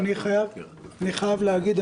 אני חייב להגיד,